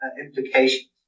implications